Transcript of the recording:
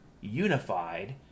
unified